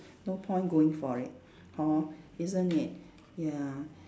no point going for it hor isn't it ya